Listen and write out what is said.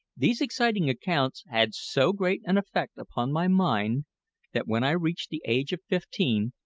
these exciting accounts had so great an effect upon my mind that, when i reached the age of fifteen,